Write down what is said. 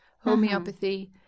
homeopathy